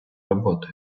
роботи